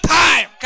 time